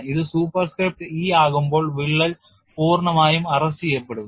ഇത് superscript e ആകുമ്പോൾ വിള്ളൽ പൂർണ്ണമായും അറസ്റ്റുചെയ്യപ്പെടും